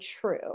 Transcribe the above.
true